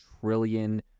trillion